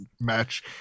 match